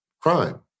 crime